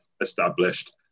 established